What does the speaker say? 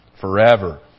forever